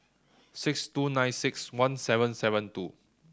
six two nine six one seven seven two